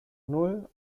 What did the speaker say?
null